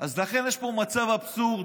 אז לכן, יש פה מצב אבסורדי.